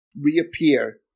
reappear